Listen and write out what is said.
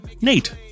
Nate